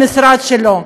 במשרד שלו,